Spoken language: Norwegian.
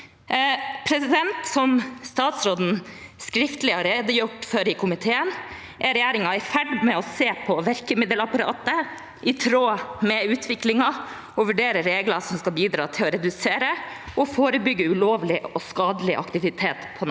regler. Som statsråden skriftlig har redegjort for i komiteen, er regjeringen i ferd med å se på virkemiddelapparatet i tråd med utviklingen og vurderer regler som skal bidra til å redusere og forebygge ulovlig og skadelig aktivitet på nettet.